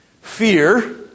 fear